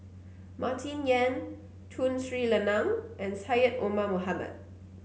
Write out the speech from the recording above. Martin Yan Tun Sri Lanang and Syed Omar Mohamed